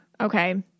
Okay